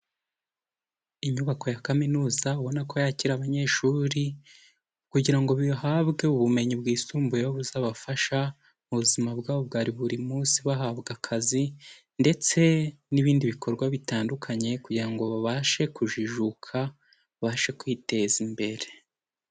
Inyubako ya kaminuza ubona ko yakira abanyeshuri, kugira ngo bihabwe ubumenyi bwisumbuyeho buzabafasha mu buzima bwabo bwari buri munsi, bahabwa akazi ndetse n'ibindi bikorwa bitandukanye, kugira ngo babashe kujijuka, babashe kwiteza imbere.